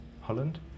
Holland